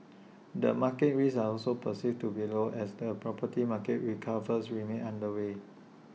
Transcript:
the market risks are also perceived to be low as the property market recovers remains underway